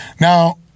Now